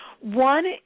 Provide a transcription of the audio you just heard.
One